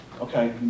okay